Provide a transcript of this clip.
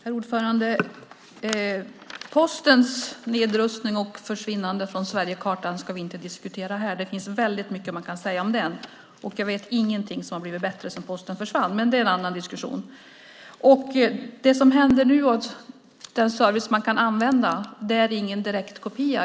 Herr talman! Postens nedrustning och försvinnande från Sverigekartan ska vi inte diskutera här. Det finns väldigt mycket man kan säga om det. Och jag vet ingenting som har blivit bättre sedan Posten försvann, men det är en annan diskussion. Den service som man nu kan använda är ingen direktkopia.